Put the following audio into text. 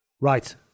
Right